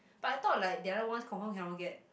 but I thought like the other ones confirm cannot get